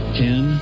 ten